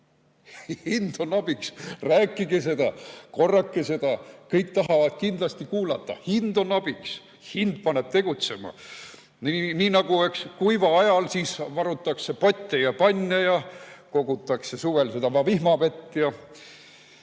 Hind on abiks! Rääkige seda, korrake seda, kõik tahavad kindlasti kuulata! Hind on abiks, hind paneb tegutsema. Nii nagu kuival ajal varutakse potte ja panne ja kogutakse suvel seda va vihmavett. Jah ...